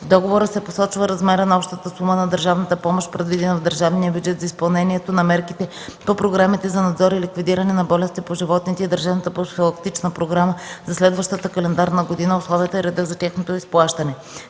договора се посочва размерът на общата сума на държавната помощ, предвидена в държавния бюджет за изпълнението на мерките по програмите за надзор и ликвидиране на болести по животните и държавната профилактична програма за следващата календарна година, условията и редът за тяхното изплащане.”